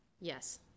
yes